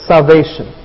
salvation